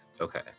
Okay